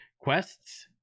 quests